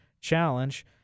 Challenge